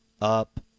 Up